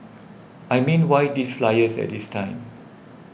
I mean why these flyers at this time